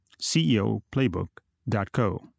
CEOPlaybook.co